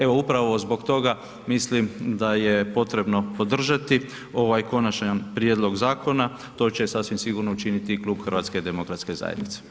Evo, upravo zbog toga mislim da je potrebno podržati ovaj konačni prijedlog zakona, to će sasvim sigurno učiniti Klub HDZ-a.